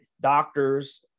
doctors